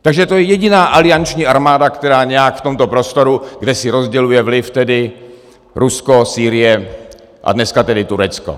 Takže to je jediná alianční armáda, která nějak v tomto prostoru, kde si rozděluje vliv tedy Rusko, Sýrie a dneska tedy Turecko.